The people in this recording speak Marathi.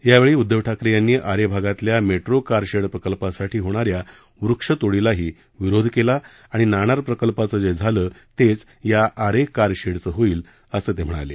यावेळी उदधव ठाकरे यांनी आरे भागातल्या मेट्रो कार शेड प्रकल्पासाठी होणाऱ्या वृक्षतोडीलाही विरोध केला आणि नाणार प्रकल्पाचं जे झालं तेच या आरे कार शेडचं होईल असं ते म्हणाले